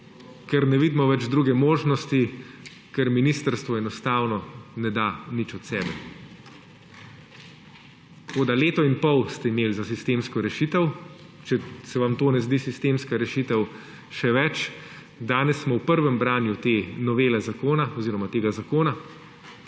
ker ne vidimo več druge možnosti, ker ministrstvo enostavno ne da nič od sebe. Tako ste imeli leto in pol za sistemsko rešitev, če se vam to ne zdi sistemska rešitev, še več, danes smo v prvem branju te novele zakona oziroma tega zakona